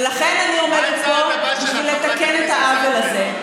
ולכן אני עומדת פה, בשביל לתקן את העוול הזה.